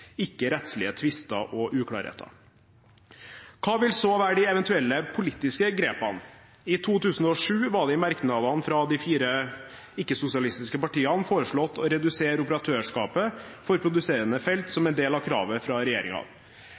ikke om rettslige tvister og uklarheter. Hva vil så være de eventuelle politiske grepene? I 2007 var det i merknadene fra de fire ikke-sosialistiske partiene foreslått å redusere operatørskapet for produserende felt som en del av kravet fra